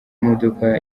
modoka